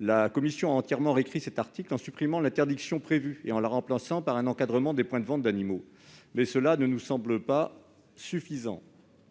La commission a entièrement réécrit cet article, en supprimant l'interdiction prévue et en la remplaçant par un encadrement des points de vente d'animaux, mais cela ne nous semble pas suffisant.